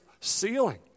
ceiling